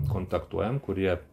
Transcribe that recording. kontaktuojam kurie